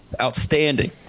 outstanding